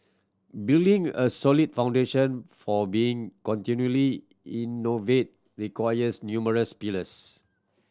building a solid foundation for being continually innovate requires numerous pillars